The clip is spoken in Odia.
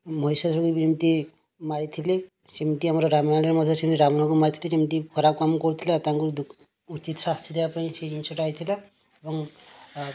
ମହିଷାସୁରକୁ ଯେମିତି ମାରିଥିଲେ ସେମିତି ଆମର ରାମାୟଣରେ ମଧ୍ୟ ସେମିତି ରାବଣକୁ ମାରିଥିଲେ ଯେମିତି ଖରାପ କାମ କରିଥିଲା ତାଙ୍କୁ ଉଚିତ ଶାସ୍ତି ଦେବା ପାଇଁ ସେ ଜିନିଷଟା ହୋଇଥିଲା ଏବଂ ଆଉ